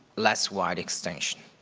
less wide extension.